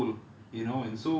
it's actually been quite